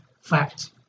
fact